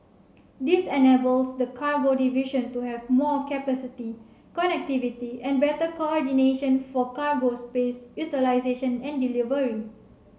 this enables the cargo division to have more capacity connectivity and better coordination for cargo space utilisation and delivery